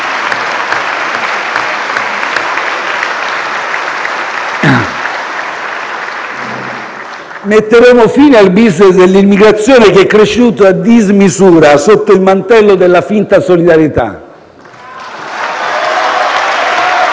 Metteremo fine al *business* dell'immigrazione, che è cresciuto a dismisura sotto il mantello della finta solidarietà.